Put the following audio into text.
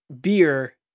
beer